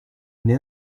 nait